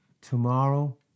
tomorrow